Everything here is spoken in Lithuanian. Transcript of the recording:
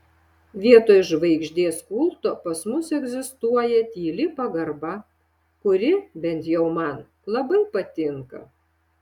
vietoj žvaigždės kulto pas mus egzistuoja tyli pagarba kuri bent jau man labai patinka